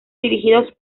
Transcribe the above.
dirigidos